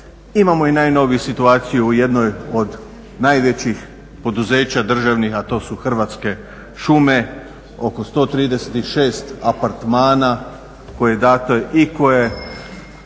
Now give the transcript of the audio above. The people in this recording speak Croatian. Imamo i najnoviju situaciju u jednom od najvećih poduzeća državnih, a to su Hrvatske šume, oko 136 apartmana koje je dato i o